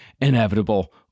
inevitable